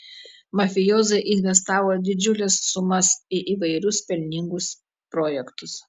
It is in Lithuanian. mafijozai investavo didžiules sumas į įvairius pelningus projektus